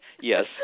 Yes